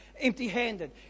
empty-handed